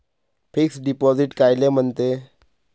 Fix deposit कायले म्हनते?